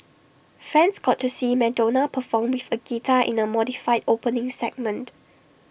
fans got to see Madonna perform with A guitar in the modified opening segment